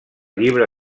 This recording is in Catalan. llibre